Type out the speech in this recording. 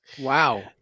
Wow